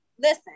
listen